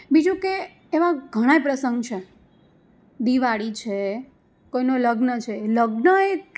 બીજું કે એવા ઘણાય પ્રસંગ છે દિવાળી છે કોઈના લગ્ન છે લગ્ન એક